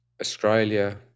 Australia